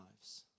lives